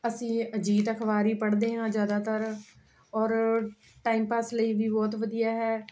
ਅਸੀਂ ਅਜੀਤ ਅਖਬਾਰ ਹੀ ਪੜ੍ਹਦੇ ਹਾਂ ਜ਼ਿਆਦਾਤਰ ਔਰ ਟਾਈਮ ਪਾਸ ਲਈ ਵੀ ਬਹੁਤ ਵਧੀਆ ਹੈ